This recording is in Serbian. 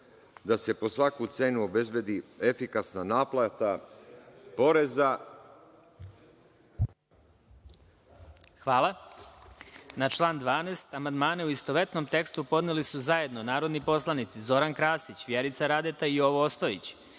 da se po svaku cenu obezbedi efikasna naplata poreza. **Đorđe Milićević** Hvala. Na član 12. amandmane, u istovetnom tekstu, podneli su zajedno narodni poslanici Zoran Krasić, Vjerica Radeta i Jovo Ostojić,